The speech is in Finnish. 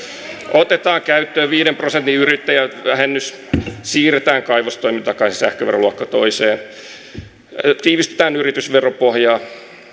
otetaan käyttöön viiden prosentin yrittäjävähennys siirretään kaivostoiminta takaisin sähköveroluokka kahteen tiivistetään yritysveropohjaa